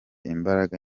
imbaraga